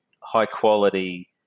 high-quality